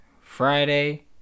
Friday